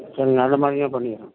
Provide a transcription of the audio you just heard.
சரிங்க அந்த மாதிரியே பண்ணிக்கிறேன்